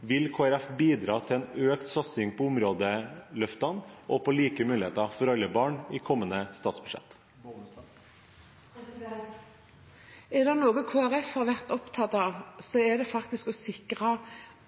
Vil Kristelig Folkeparti bidra til en økt satsing på områdeløftene og på like muligheter for alle barn i kommende statsbudsjett? Er det noe Kristelig Folkeparti har vært opptatt av, er det faktisk å sikre